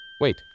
Wait